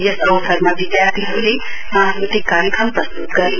यस अवसरमा विद्यार्थीहरूले सांस्कृतिक कार्यक्रम प्रस्तुत गरे